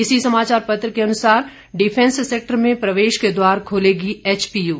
इसी समाचार पत्र के अनुसार डिफेंस सेक्टर में प्रवेश के द्वार खोलेगी एचपीयू